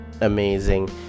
amazing